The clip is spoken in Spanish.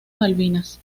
malvinas